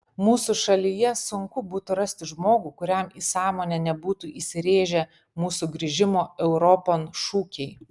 mūsų šalyje sunku būtų rasti žmogų kuriam į sąmonę nebūtų įsirėžę mūsų grįžimo europon šūkiai